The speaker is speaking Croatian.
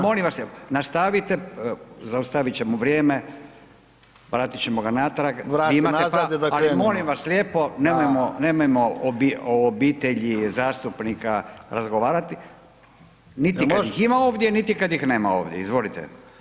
Molim vas lijepo, nastavite, zaustavit ćemo vrijeme, vratit ćemo ga natrag, imate ali molim vas lijepo, nemojmo o obitelji zastupnika razgovarati niti kad ih ima ovdje niti kad ih nema ovdje [[Upadica Culej: Jel može?]] Izvolite.